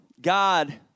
God